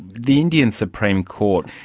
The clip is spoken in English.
the indian supreme court,